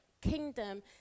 kingdom